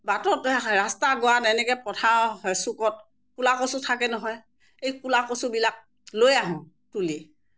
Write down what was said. বাটতে ৰাস্তা গোৱাত এনেকৈ পথাৰৰ চুকত কুলা কচু থাকে নহয় এই কুলা কচুবিলাক লৈ আহোঁ তুলি